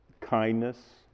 kindness